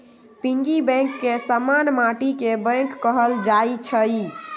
piggy bank के समान्य माटिके बैंक कहल जाइ छइ